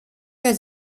für